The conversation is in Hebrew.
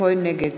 נגד